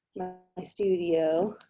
my studio,